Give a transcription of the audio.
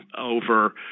over